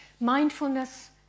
Mindfulness